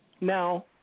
Now